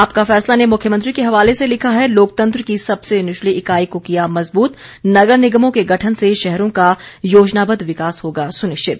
आपका फैसला ने मुख्यमंत्री के हवाले से लिखा है लोकतंत्र की सबसे निचली इकाई को किया मजबूत नगर निगमों के गठन से शहरों का योजनाबद्व विकास होगा सुनिश्चित